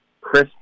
Chris